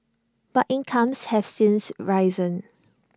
but incomes have since risen